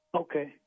Okay